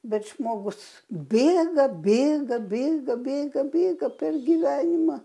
bet žmogus bėga bėga bėga bėga bėga per gyvenimą